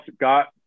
got